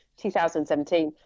2017